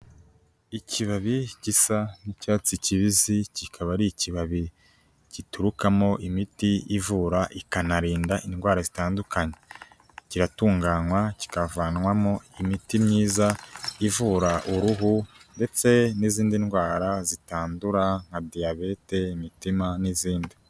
Ikibabi gisa n'icyatsi kibisi kikaba ari ikibabi giturukamo imiti ivura, ikanarinda indwara zitandukanye, kiratunganywa kikavanwamo imiti myiza ivura uruhu ndetse n'izindi ndwara zitandura nka diyabete, imitima n'izindi.